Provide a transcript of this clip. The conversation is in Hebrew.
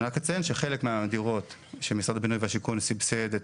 אני רק אציין שחלק מהדירות שמשרד הבינוי והשיכון סבסד את